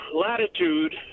latitude